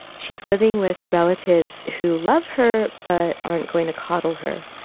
she's living with relatives who love her but aren't going to coddle her.